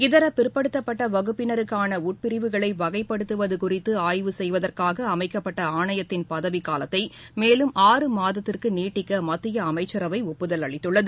இதர பிற்படுத்தப்பட்ட வகுப்பினருக்னன உட்பிரிவுகளை வகைப்படுத்துவது குறித்து ஆய்வு செய்வதற்காக அமைக்கப்பட்ட ஆணையத்தின் பதவிகாலத்தை மேலும் ஆறு மாதத்திற்கு நீட்டிக்க மத்திய அமைச்சரவை ஒப்புதல் அளித்துள்ளது